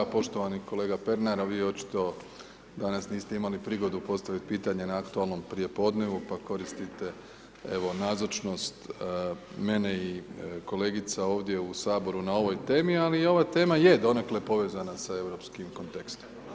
Poštovani kolega Pernar, vi očito danas niste imali prigodu postaviti pitanje na Aktualnom prijepodnevu pa koristite evo nazočnost mene i kolegica ovdje u Saboru na ovoj temi, ali ova tema je donekle povezana sa europskim kontekstom.